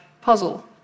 puzzle